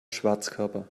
schwarzkörper